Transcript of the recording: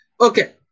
Okay